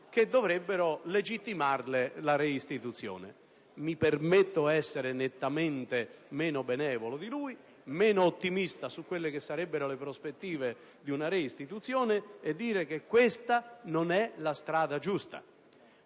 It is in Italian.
che dovrebbero legittimarne la reistituzione. Mi permetto di essere nettamente meno benevolo di lui, meno ottimista sulle prospettive della reistituzione e di affermare che questa non è la strada giusta.